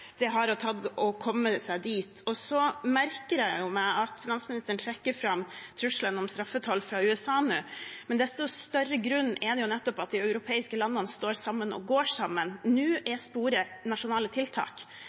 det har tatt å komme seg dit. Jeg merker meg at finansministeren trekker fram trusselen om straffetoll fra USA nå, men desto større grunn gir det til at de europeiske landene står sammen og går sammen. Nå er sporet nasjonale tiltak,